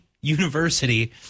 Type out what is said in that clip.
university